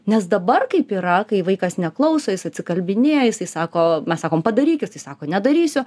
nes dabar kaip yra kai vaikas neklauso jis atsikalbinėja jisai sako mes sakom padaryk jisai sako nedarysiu